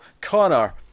Connor